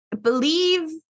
believe